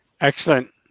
Excellent